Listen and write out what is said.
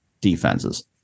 defenses